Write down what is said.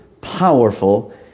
powerful